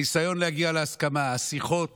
הניסיון להגיע להסכמה, השיחות